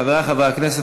חברי חברי הכנסת,